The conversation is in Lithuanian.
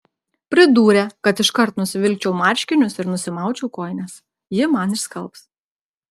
pridūrė kad iškart nusivilkčiau marškinius ir nusimaučiau kojines ji man išskalbs